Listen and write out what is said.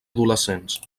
adolescents